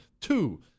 Two